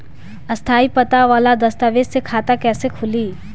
स्थायी पता वाला दस्तावेज़ से खाता कैसे खुली?